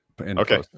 Okay